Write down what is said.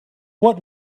what